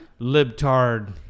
libtard